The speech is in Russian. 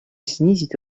снизить